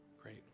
Great